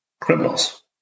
criminals